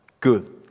Good